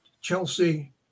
Chelsea